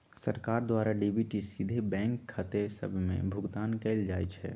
सरकार द्वारा डी.बी.टी सीधे बैंक खते सभ में भुगतान कयल जाइ छइ